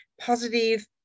positive